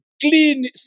Clean